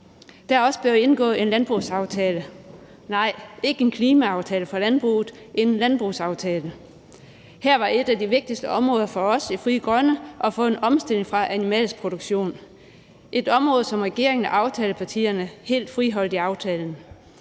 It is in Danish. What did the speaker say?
er også blevet indgået en landbrugsaftale, og nej, ikke en klimaaftale for landbruget, men en landbrugsaftale. Her var et af de vigtigste områder for os i Frie Grønne at få en omstilling fra animalsk produktion – et område, som regeringen og aftalepartierne helt friholdt i aftalen.